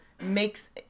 makes